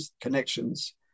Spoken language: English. connections